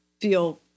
feel